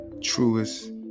truest